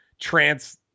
trans